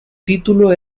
título